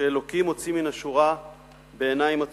שאלוקים הוציא מן השורה בעיניים עצומות.